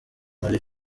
muri